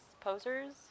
posers